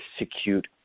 execute